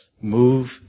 move